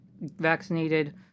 vaccinated